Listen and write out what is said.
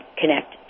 connect